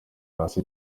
hasi